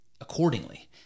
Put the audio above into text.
accordingly